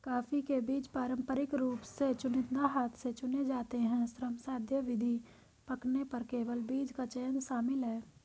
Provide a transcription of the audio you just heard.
coffee के बीज पारंपरिक रूप से चुनिंदा हाथ से चुने जाते हैं, श्रमसाध्य विधि, पकने पर केवल बीज का चयन शामिल है